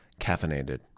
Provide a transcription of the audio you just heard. caffeinated